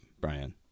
Brian